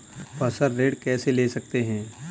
फसल ऋण कैसे ले सकते हैं?